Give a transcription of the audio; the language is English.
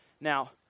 Now